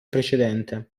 precedente